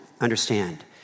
understand